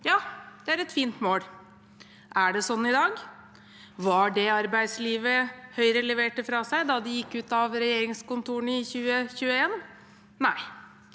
Ja, det er et fint mål. Er det slik i dag? Var det arbeidslivet Høyre leverte fra seg da de gikk ut av regjeringskontorene i 2021? Nei.